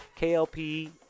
klp